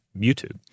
youtube